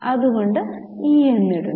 അത് കൊണ്ട് ഇ എന്ന് ഇടുന്നു